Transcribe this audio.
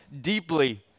deeply